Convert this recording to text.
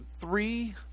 three